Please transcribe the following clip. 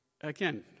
again